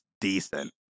decent